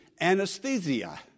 anesthesia